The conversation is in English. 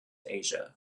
asia